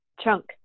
chunk